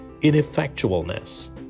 ineffectualness